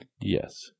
Yes